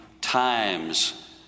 times